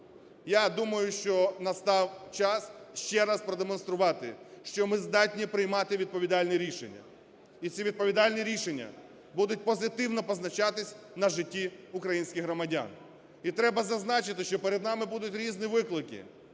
Я думаю, що настав час ще раз продемонструвати, що ми здатні приймати відповідальні рішення. І ці відповідальні рішення будуть позитивно позначатися на житті українських громадян. І треба зазначити, що перед нами будуть різні виклики,